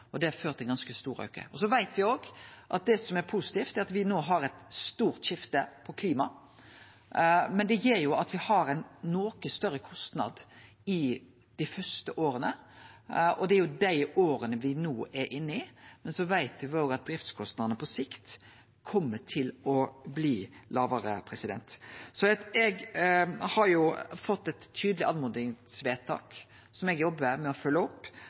til ein ganske stor auke. Me veit òg at det som er positivt, er at me no har eit stort skifte på klima – men det gjer at me har ein noko større kostnad i dei første åra, og det er dei åra me no er inne i. Men så veit me òg at driftskostnadene på sikt kjem til å bli lågare. Eg har fått eit tydeleg oppmodingsvedtak som eg jobbar med å følgje opp,